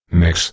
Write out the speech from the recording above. mix